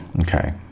okay